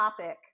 topic